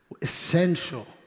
essential